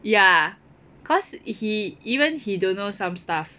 ya cause he even he don't know some stuff